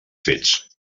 fets